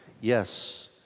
Yes